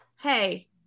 Hey